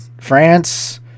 France